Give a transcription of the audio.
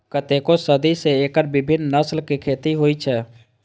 कतेको सदी सं एकर विभिन्न नस्लक खेती होइ छै